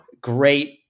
great